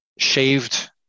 Shaved